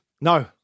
No